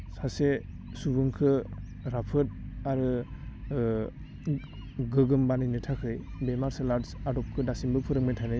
सासे सुबुंखो राफोद आरो गोगोम बानायनो थाखै बे मारसेल आर्ट्स आदबखौ दासिमबो फोरोंबाय थानो